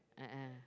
a'ah